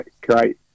Great